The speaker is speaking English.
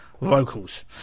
vocals